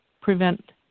prevent